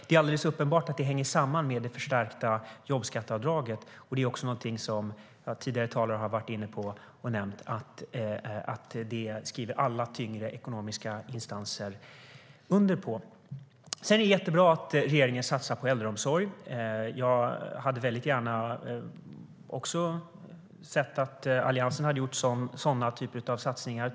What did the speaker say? Det är alldeles uppenbart att det hänger samman med det förstärkta jobbskatteavdraget, och tidigare talare har nämnt att alla tyngre ekonomiska instanser skriver under på det. Det är bra att regeringen satsar på äldreomsorg. Jag hade gärna också sett att Alliansen gjort sådana satsningar.